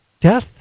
death